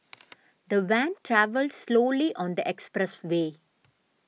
the van travelled slowly on the expressway